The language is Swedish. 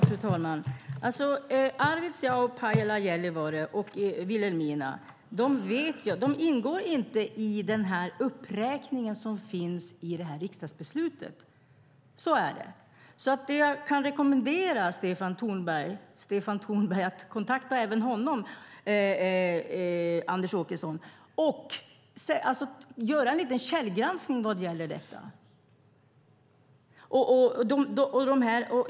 Fru talman! Arvidsjaur, Pajala, Gällivare och Vilhelmina vet jag inte ingår i den uppräkning som finns i det här riksdagsförslaget. Så är det. Jag kan rekommendera Anders Åkesson att kontakta Stefan Tornberg och göra en liten källgranskning vad gäller detta.